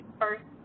first